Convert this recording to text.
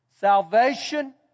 Salvation